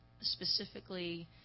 specifically